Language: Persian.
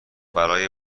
برای